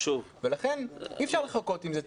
לכן אי אפשר לחכות עם זה,